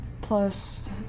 plus